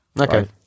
okay